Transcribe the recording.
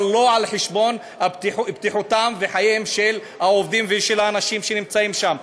אבל לא על חשבון בטיחותם וחייהם של העובדים ושל האנשים שנמצאים שם.